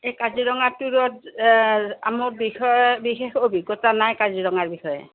এই কাজিৰঙা ট্য়ুৰত আমুক বিষয়ত বিশেষ অভিজ্ঞতা নাই কাজিৰঙাৰ বিষয়ে